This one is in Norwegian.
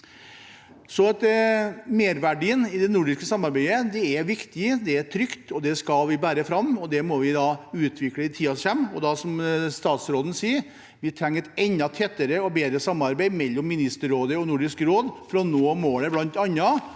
merverdien i det nordiske samarbeidet: Det er viktig, det er trygt, og det skal vi bære fram. Det må vi utvikle i tiden som kommer, og da – som statsråden sier – trenger vi et enda tettere og bedre samarbeid mellom Ministerrådet og Nordisk råd for å nå målet, bl.a. om et